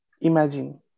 Imagine